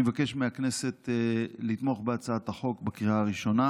אני מבקש מהכנסת לתמוך בהצעת החוק בקריאה הראשונה.